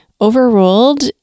overruled